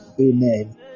amen